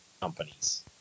companies